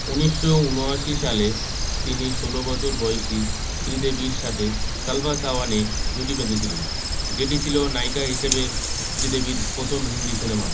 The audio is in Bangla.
উনিশশো উনআশি সালে তিনি ষোলো বছর বয়েসী শ্রীদেবীর সাথে সালভা সাওয়ানয়ে জুটি বেঁধেছিলেন যেটি ছিলো নায়িকা হিসেবে শ্রীদেবীর প্রথম হিন্দি সিনেমা